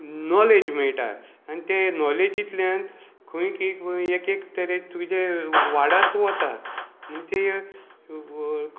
knowledge मेयटा आनी ते नॉलेजींतल्यान खंय एक एक तरेन तुजें वाडत वता म्हणजे